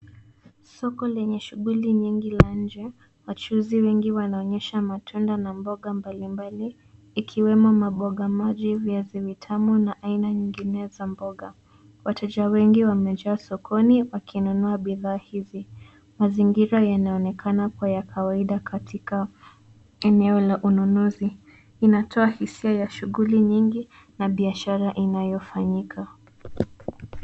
Soko lenye shughuli nyingi za nje. Wachuuzi wengi wanaonyesha matunda na mboga mbalimbali ikiwemo mamboga maji, viazi vitamu na aina nyingine za mboga. Wateja wengi wamejaa sokoni wakinunua bidhaa hizi. Mazingira yanaonekana kuwa ya kawaida katika eneo la ununuzi, unatoka hisia ya shughuli nyingi na biashara inayofanyika.